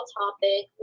topic